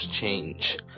change